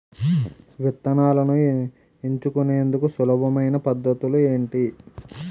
విత్తనాలను ఎంచుకునేందుకు సులభమైన పద్ధతులు ఏంటి?